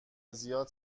زیاد